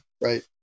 Right